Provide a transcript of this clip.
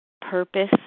purpose